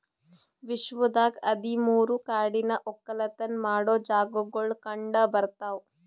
ವಿಶ್ವದಾಗ್ ಹದಿ ಮೂರು ಕಾಡಿನ ಒಕ್ಕಲತನ ಮಾಡೋ ಜಾಗಾಗೊಳ್ ಕಂಡ ಬರ್ತಾವ್